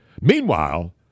Meanwhile